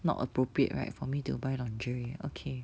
not appropriate right for me to buy lingerie okay